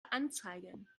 anzeigen